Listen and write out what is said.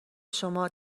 شما